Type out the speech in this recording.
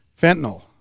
fentanyl